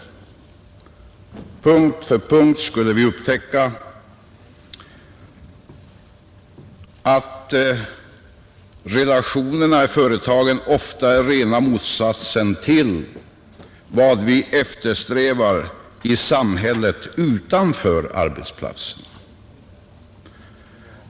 I punkt efter punkt skulle vi upptäcka att relationerna i företagen ofta är rena motsatsen till vad vi eftersträvar i samhället utanför arbetsplatsen.